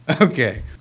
Okay